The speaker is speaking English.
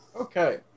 Okay